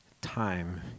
time